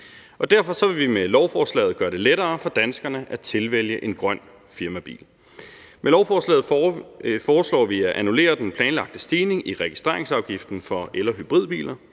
Derfor vil vi med lovforslaget gøre det lettere for danskerne at tilvælge en grøn firmabil. Med lovforslaget foreslår vi at annullere den planlagte stigning i registreringsafgiften for el- og hybridbiler.